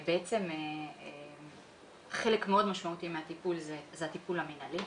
שחלק מאוד משמעותי זה הטיפול המינהלי.